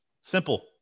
Simple